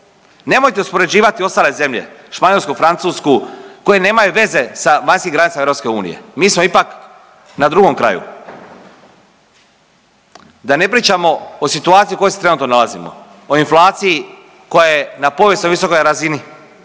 Nemojte uspoređivati ostale zemlje Španjolsku, Francusku koje nemaju veze sa vanjskim granicama EU. Mi smo ipak na drugom kraju. Da ne pričamo o situaciji u kojoj se trenutno nalazimo. O inflaciji koja je na povijesno visokoj razini,